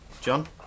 John